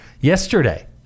yesterday